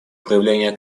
проявление